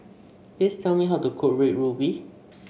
please tell me how to cook Red Ruby